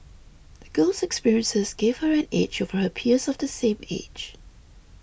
the girl's experiences gave her an edge over her peers of the same age